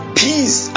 peace